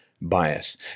bias